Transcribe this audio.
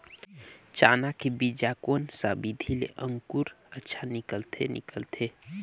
चाना के बीजा कोन सा विधि ले अंकुर अच्छा निकलथे निकलथे